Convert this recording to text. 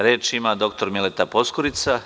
Reč ima dr Mileta Poskurica.